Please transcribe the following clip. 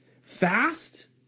Fast